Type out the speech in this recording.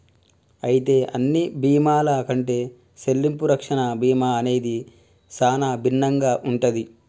అయితే అన్ని బీమాల కంటే సెల్లింపు రక్షణ బీమా అనేది సానా భిన్నంగా ఉంటది